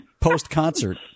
post-concert